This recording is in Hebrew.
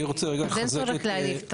אין צורך להאריך את